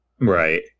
right